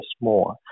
more